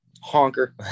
Honker